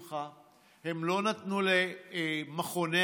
הם לא נתנו לאולמות השמחה,